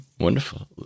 Wonderful